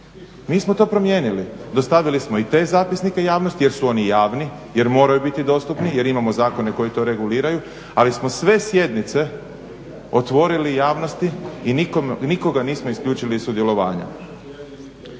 Mi smo to promijenili. Dostavili smo i te zapisnike javnosti jer su oni javni, jer moraju biti dostupni, jer imamo zakone koji to reguliraju ali smo sve sjednice otvorili javnosti i nikoga nismo isključili iz sudjelovanja.